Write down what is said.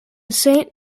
saint